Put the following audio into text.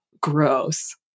Gross